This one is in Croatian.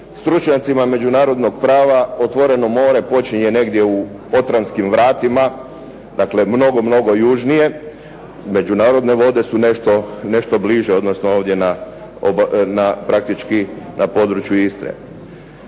stručnjacima međunarodnog prava otvoreno more počinje negdje u Otrantskim vratima, dakle mnogo južnije. Međunarodne vode su nešto bliže, odnosno ovdje praktički na području Istre.